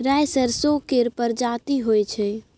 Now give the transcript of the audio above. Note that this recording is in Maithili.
राई सरसो केर परजाती होई छै